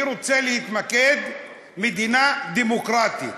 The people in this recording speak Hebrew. אני רוצה להתמקד ב"מדינה דמוקרטית",